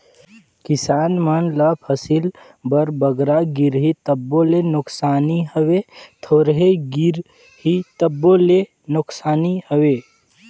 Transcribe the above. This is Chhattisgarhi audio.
किसान मन ल फसिल बर बगरा गिरही तबो ले नोसकानी हवे, थोरहें गिरही तबो ले नोसकानी हवे